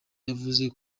yavuze